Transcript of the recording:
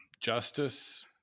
justice-